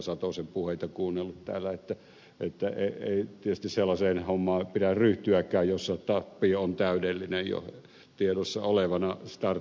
satosen puheita kuunnellut täällä että ei tietysti sellaiseen hommaan pidä ryhtyäkään jossa tappio on täydellinen jo tiedossa olevalla starttihetkellä